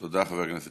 תודה רבה, חבר הכנסת